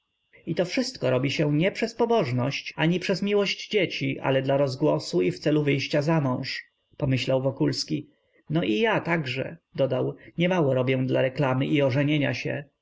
i to wszystko robi się nie przez pobożność ani przez miłość do dzieci ale dla rozgłosu i w celu wyjścia zamąż pomyślał wokulski no i ja także dodał nie mało robię dla reklamy i ożenienia się